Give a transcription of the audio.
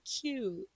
cute